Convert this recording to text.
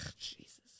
Jesus